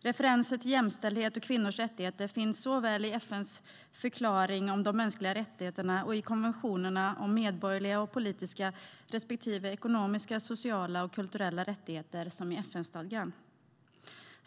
Referenser till jämställdhet och kvinnors rättigheter finns såväl i FN:s förklaring om de mänskliga rättigheterna och i konventionerna om medborgerliga och politiska respektive ekonomiska, sociala och kulturella rättigheter, som i FN-stadgan.